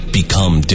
become